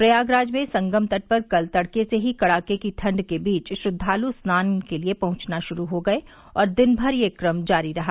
प्रयागराज में संगम तट पर कल तड़के से ही कड़ाके की ठंड के बीच श्रद्वालु स्नान के लिए पहुंचना शुरू हो गए और दिन भर यह कम जारी रहा